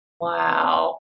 Wow